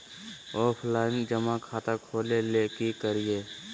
Offline जमा खाता खोले ले की करिए?